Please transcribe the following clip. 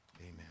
Amen